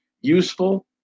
useful